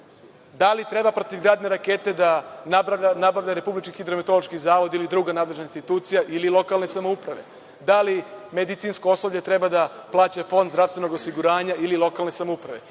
Da li treba protivgradne raketa da nabavlja RHMZ ili druga nadležna institucija ili lokalne samouprave? Da li medicinsko osoblje treba da plaća Fond zdravstvenog osiguranja ili lokalne samouprave?